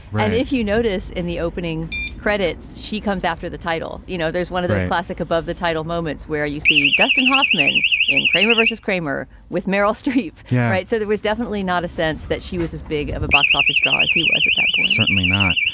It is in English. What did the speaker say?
right. if you notice in the opening credits, she comes after the title. you know, there's one of the classic above the title moments where you see dustin hoffman in kramer versus kramer with meryl streep. yeah. all right. so there was definitely not a sense that she was as big of a box office draw as he was at that, but certainly not.